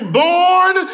born